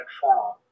form